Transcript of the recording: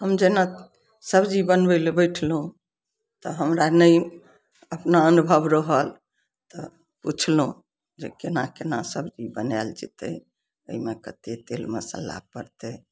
हम जेना सब्जी बनबय लए बैठलहुँ तऽ हमरा नहि अपना अनुभव रहल तऽ पुछ्लहुँ जे केना केना सब्जी बनायल जेतय अइमे कत्ते तेल मसल्ला पड़तय